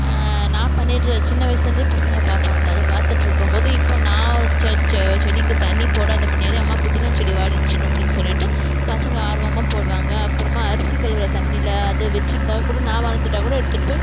நான் பண்ணிகிட்ரு சின்ன வயிசுலேந்தே பசங்கள் பார்ப்பாங்க அது பார்த்துட்ருக்கும்போது இப்போ நான் செடிக்கு தண்ணி போடாத முன்னே அம்மா புதினா செடி வாடிடுச்சினு அப்டின்னு சொல்லிவிட்டு பசங்கள் ஆர்வமாக போடுவாங்க அப்பு றமா அரிசி கழுவுகிற தண்ணியில் அது வெச்சுருந்தாக்கூடும் நான் மறந்துவிட்டாக்கூட எடுத்துகிட்டு போய்